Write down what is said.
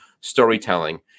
storytelling